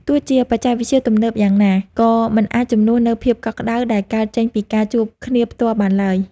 ទោះជាបច្ចេកវិទ្យាទំនើបយ៉ាងណា ក៏មិនអាចជំនួសនូវភាពកក់ក្តៅដែលកើតចេញពីការជួបគ្នាផ្ទាល់បានឡើយ។